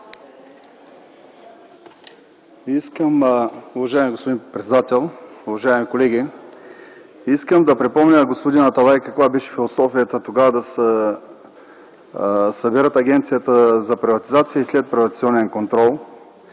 Искам да припомня на господин Аталай каква беше философията да се съберат Агенцията за приватизация и следприватизационен контрол.